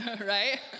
right